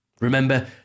Remember